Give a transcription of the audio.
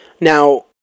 Now